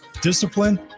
discipline